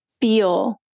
feel